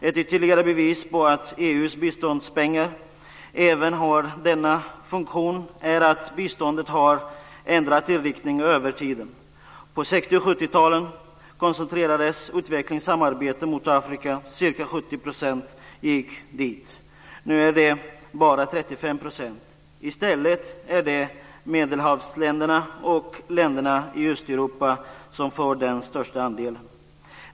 Ett ytterligare bevis på att EU:s biståndspengar även har denna funktion är att biståndet har ändrat inriktning över tiden. På 60 och 70-talen koncentrerades utvecklingssamarbetet till Afrika, ca 70 % gick dit. Nu är det "bara" 35 %. I stället är det Medelhavsländerna och länderna i Östeuropa som får den största andelen.